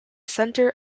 centre